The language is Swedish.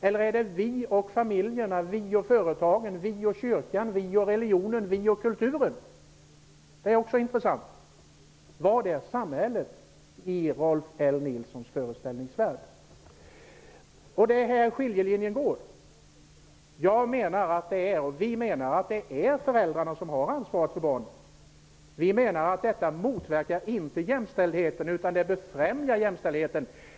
Är det vi och familjerna, vi och företagen, vi och kyrkan, vi och religionen eller vi och kulturen? Det är också intressant. Vad är samhället i Rolf L Nilsons föreställningsvärld? Det är här skiljelinjen går. Vi menar att det är föräldrarna som har ansvaret för barnen. Vi menar att detta inte motverkar jämställdheten utan det befrämjar den.